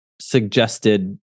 suggested